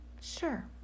Sure